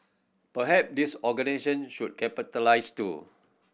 perhaps these organisation should capitalise too